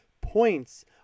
points